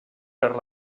per